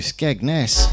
Skegness